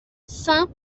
saint